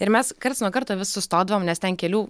ir mes karts nuo karto vis sustodavom nes ten kelių